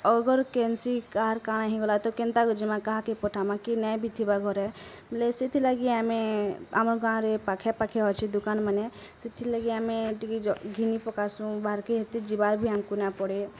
ଅଗର କେନ୍ସି କାର୍ କାଣ ହୋଇଗଲା ତ କେନ୍ତା କର ଯିମା କା କେ ପଠାମା କି ନେଇ ଥିବା ଘରେ ବୋଲେ ସେଥିଲାଗି ଆମେ ଆମର୍ ଗାଁରେ ପାଖେ ପାଖେ ଅଛି ଦୁକାନମାନେ ସେଥିଲାଗି ଆମେ ଟିକେ ଘିନି ପକାସୁ ବାହାରକେ ଏତେ ଯିବାର୍ ଆମକୁ ନାଇ ପଡ଼େ